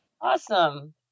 Awesome